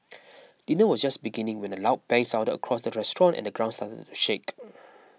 dinner was just beginning when a loud bang sounded across the restaurant and the ground shake